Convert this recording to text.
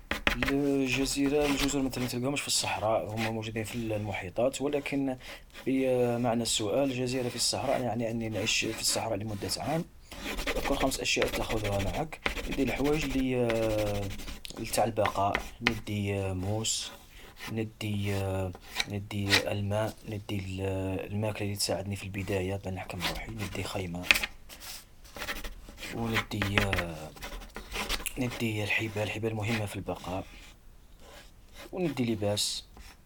الجزيرة الجزر ماتلقاهمش في الصحراء، هما موجودين في المحيطات. ولكن ب بمعنى السؤال، الجزيرة في الصحراء يعني أني نعيش في الصحراء لمدة عام. أذكر خمس أشياء تأخذها معك، ندي الحوايج اللي لتع البقاء، ندي موس ندي ندي الماء، ندي الماكلة اللي تساعدني في البداية ياه نحكم روحي. ندي خيمة، وندي ندي الحبال الحبال مهمة في البقاء، ندي لباس.